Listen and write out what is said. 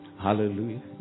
Hallelujah